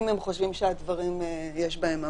אם הם חושבים שהדברים יש בהם ממש,